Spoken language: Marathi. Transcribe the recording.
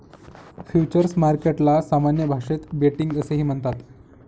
फ्युचर्स मार्केटला सामान्य भाषेत बेटिंग असेही म्हणतात